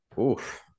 Oof